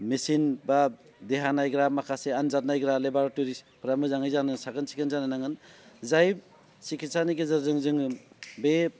मेचिन बा देहा नायग्रा माखासे आनजाद नायग्रा लेबर'ट'रिसफोरा मोजाङै साखोन सिखोन जानो नांगोन जाय सिखिथसानि गेजेरजों जोङो बे